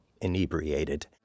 inebriated